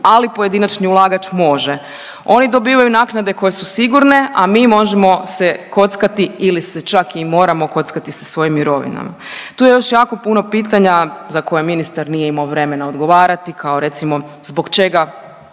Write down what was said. ali pojedinačni ulagač može. Oni dobivaju naknade koje su sigurne, a mi možemo se kockati ili se čak i moramo kockati sa svojim mirovinama. Tu je još jako puno pitanja za koja ministar nije imao vremena odgovarati kao recimo zbog čega